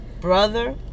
brother